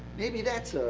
maybe that's